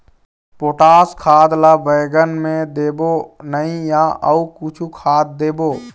Potash खाद ला बैंगन मे देबो नई या अऊ कुछू खाद देबो?